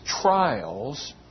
trials